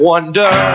wonder